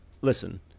listen –